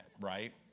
right